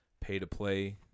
pay-to-play